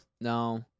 No